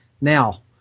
Now